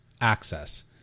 access